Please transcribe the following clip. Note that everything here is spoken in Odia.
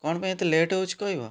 କ'ଣ ପାଇଁ ଏତେ ଲେଟ୍ ହେଉଛି କହିବ